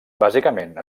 bàsicament